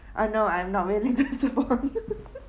uh no I'm not really